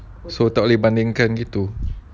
so tak boleh bandingkan begitu